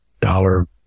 dollar